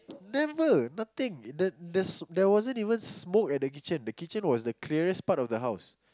never nothing it there there wasn't even smoke at the kitchen the kitchen was the clearest part of the house